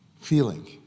feeling